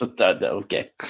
Okay